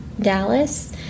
dallas